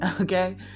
Okay